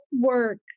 work